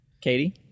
Katie